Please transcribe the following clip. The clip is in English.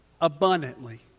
abundantly